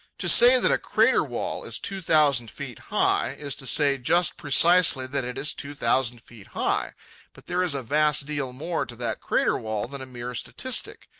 to say that a crater-wall is two thousand feet high is to say just precisely that it is two thousand feet high but there is a vast deal more to that crater-wall than a mere statistic.